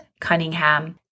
Cunningham